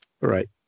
Right